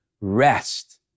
Rest